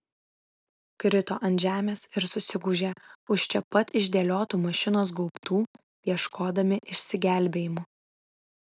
krito ant žemės ir susigūžė už čia pat išdėliotų mašinos gaubtų ieškodami išsigelbėjimo